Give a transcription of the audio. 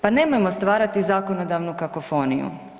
Pa nemojmo stvarati zakonodavnu kakofoniju.